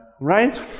Right